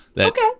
Okay